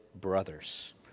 brothers